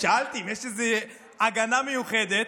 ושאלתי אם יש איזה הגנה מיוחדת.